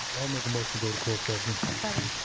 i'll make a motion go to closed session. second.